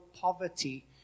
poverty